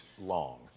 long